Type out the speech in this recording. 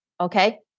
okay